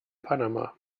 panama